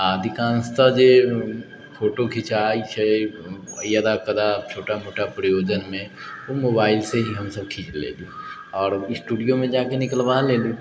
आओर अधिकांशतः जे फोटो घिञ्चाइ छै यदा कदा छोटा मोटा प्रयोजनमे उ मोबाइल से ही हमसब खीञ्च लेली आओर स्टूडियोमे जाके निकलवा लेली